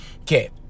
Okay